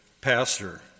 pastor